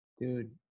Dude